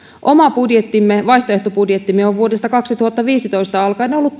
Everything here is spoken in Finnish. oma vaihtoehtobudjettimme on vuodesta kaksituhattaviisitoista alkaen ollut